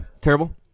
Terrible